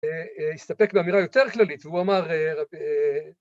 ‫הסתפק באמירה יותר כללית, ‫והוא אמר...